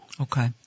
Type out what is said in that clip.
Okay